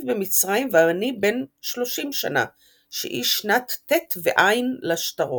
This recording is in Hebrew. במצרים ואני בן שלושים שנה שהיא שנת ט' וע' לשטרות”.